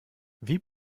wie